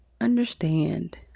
understand